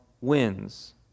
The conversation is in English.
wins